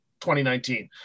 2019